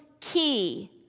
key